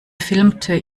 filmte